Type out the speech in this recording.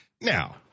Now